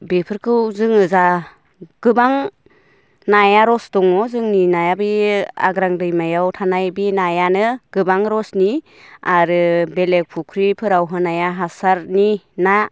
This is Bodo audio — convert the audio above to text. बेफोरखौ जोङो जा गोबां नाया रोसि दङ जोंनि नाया बे आग्रां दैमायाव थानाय बे नायानो गोबां रोसिनि आरो बेलेग फुख्रिफोराव होनाया हासारनि ना